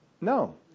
no